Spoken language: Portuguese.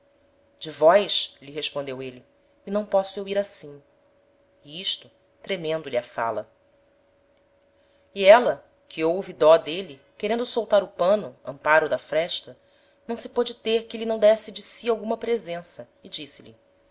de vós lhe respondeu êle me não posso eu ir assim e isto tremendo lhe a fala e éla que houve dó d'êle querendo soltar o pano amparo da fresta não se pôde ter que lhe não desse de si alguma presença e disse-lhe